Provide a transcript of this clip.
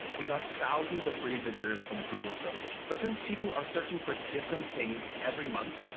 we got thousands of free visitors from google search. but since people are searching for different things every month,